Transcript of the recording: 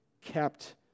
kept